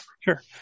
Sure